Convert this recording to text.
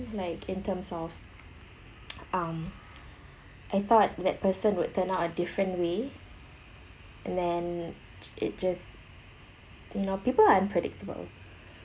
like in terms of um I thought that person would turn out a different way and then it just you know people are unpredictable